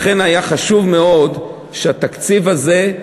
לכן היה חשוב מאוד שהתקציב הזה,